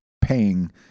paying